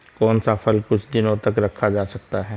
कौन सा फल कुछ दिनों तक रखा जा सकता है?